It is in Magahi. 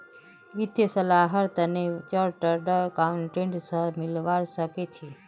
वित्तीय सलाहर तने चार्टर्ड अकाउंटेंट स मिलवा सखे छि